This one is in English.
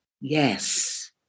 Yes